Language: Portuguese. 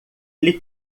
ele